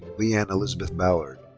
leanne elizabeth ballard.